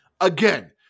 Again